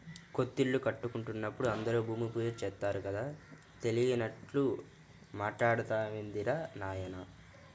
కొత్తిల్లు కట్టుకుంటున్నప్పుడు అందరూ భూమి పూజ చేత్తారు కదా, తెలియనట్లు మాట్టాడతావేందిరా నాయనా